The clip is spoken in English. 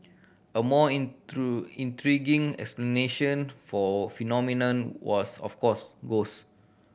a more intriguing explanation for phenomenon was of course